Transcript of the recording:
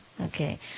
Okay